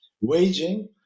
waging